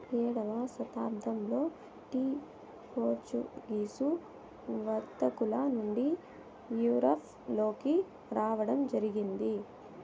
ఏడవ శతాబ్దంలో tea Portuguese వర్తకుల నుండి యూరప్ లోకి రావడం జరిగింది